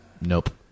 Nope